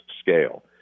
scale